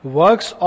works